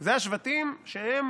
אלה השבטים שהם